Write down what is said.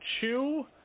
Chew